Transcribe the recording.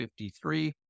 53